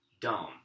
dome